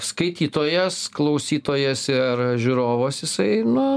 skaitytojas klausytojas ir žiūrovas jisai nu